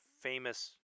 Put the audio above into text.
famous